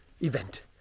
event